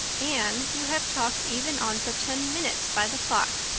anne, you have talked even on for ten minutes by the clock,